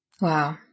wow